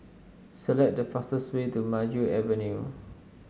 select the fastest way to Maju Avenue